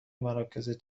مراکز